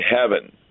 heaven